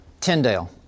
Tyndale